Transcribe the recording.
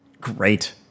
Great